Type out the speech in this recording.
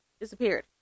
disappeared